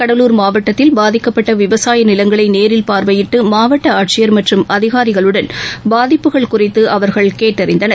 கடலூர் மாவட்டத்தில் பாதிக்கப்பட்ட விவசாய நிலங்களை நேரில் பார்வையிட்டு மாவட்ட ஆட்சியர் மற்றும் அதிகாரிகளுடன் பாதிப்புகள் குறித்து அவர்கள் கேட்டறிந்தனர்